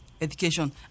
education